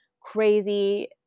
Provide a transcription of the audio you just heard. crazy